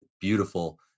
beautiful